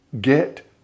get